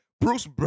Bruce